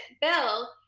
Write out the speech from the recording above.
Bill